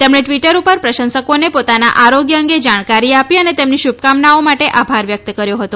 તેમણે ટ્વીટર પર પ્રશંસકોને પોતાના આરોગ્ય અંગે જાણકારી આપી અને તેમની શુભકામનાઓ માટે આભાર વ્યક્ત કર્યો હતો